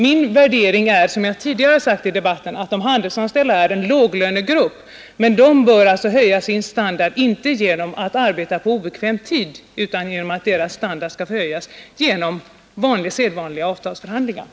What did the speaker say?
Min värdering är, som jag sagt tidigare, att de handelsanställda är en låglönegrupp, men de bör inte få höjt sin standard genom att arbeta på obekväm tid, utan det bör ske genom sedvanliga avtalsförhandlingar.